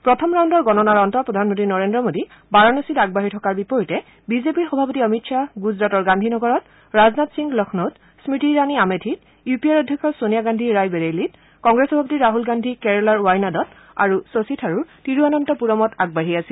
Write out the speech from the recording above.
প্ৰথম ৰাউণ্ডৰ গণনাৰ অন্তত প্ৰধানমন্তী নৰেন্দ্ৰ মোদী বাৰানসীত আগবাঢ়ি থকাৰ বিপৰীতে বিজেপিৰ সভাপতি অমিত খাহ গুজৰাটৰ গান্ধীনগৰত ৰাজনাথ সিং লক্ষ্ণৌত স্মৃতি ইৰানী আমেথিত ইউ পি এ অধ্যক্ষ ছেনিয়া গান্ধী ৰায়বেৰেইলীত কংগ্ৰেছ সভাপতি ৰাছল গান্ধী কেৰালাৰ ৱায়নাডত আৰু শশী থাৰুৰ তিৰুৱন্তপূৰমত আগবাঢ়ি আছিল